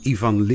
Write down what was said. Ivan